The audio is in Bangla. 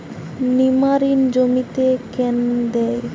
নিমারিন জমিতে কেন দেয়?